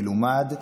מלומד,